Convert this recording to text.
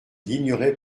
ignorait